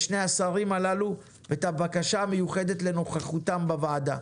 לשני השרים הללו ואת הבקשה מיוחדת לנוכחותם בוועדה.